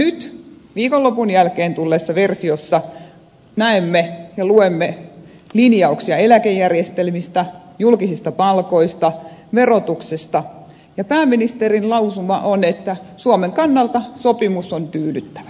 nyt viikonlopun jälkeen tulleessa versiossa näemme ja luemme linjauksia eläkejärjestelmistä julkisista palkoista verotuksesta ja pääministerin lausuma on että suomen kannalta sopimus on tyydyttävä